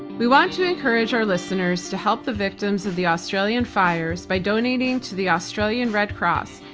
we want you to encourage our listeners to help the victims of the australian fires by donating to the australian red cross,